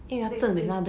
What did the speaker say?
next day